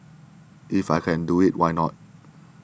if I can do it why not